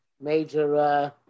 major